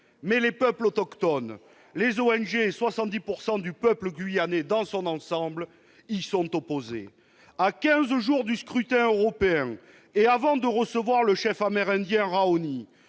mais les peuples autochtones, les ONG et 70 % du peuple guyanais dans son ensemble y sont opposés. À quinze jours du scrutin européen, et avant de recevoir le chef amérindien Raoni,